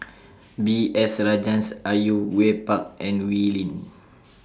B S Rajhans Au Yue Pak and Wee Lin